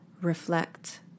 reflect